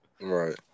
Right